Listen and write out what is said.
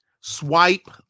Swipe